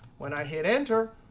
when i hit enter,